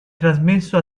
trasmesso